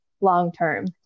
long-term